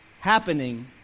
happening